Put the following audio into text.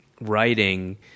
writing